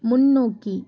முன்னோக்கி